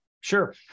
Sure